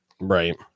right